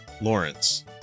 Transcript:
Lawrence